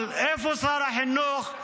אבל איפה שר החינוך,